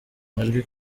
amajwi